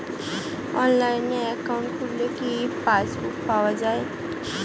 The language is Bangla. অনলাইনে একাউন্ট খুললে কি পাসবুক পাওয়া যায়?